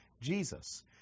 Jesus